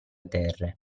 terre